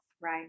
Right